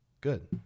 good